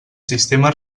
sistema